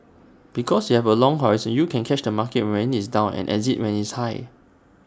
because you have A long horizon you can catch the market when IT is down and exit when it's high